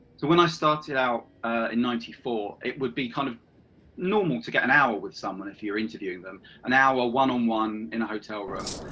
so when i started out in ninety four, it would be kind of normal to get an hour with someone, if you were interviewing them, an hour, one-on-one, in a hotel room,